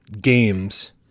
games